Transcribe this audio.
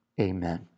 amen